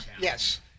Yes